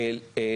אם אני לא טועה,